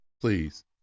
Please